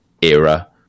era